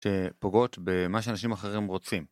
פוגעות במה שאנשים אחרים רוצים